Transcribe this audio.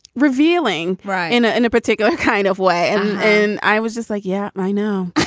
revealing in ah in a particular kind of way and i was just like, yeah, i know.